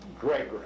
Gregory